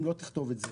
אם לא תכתוב את זה,